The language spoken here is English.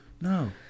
No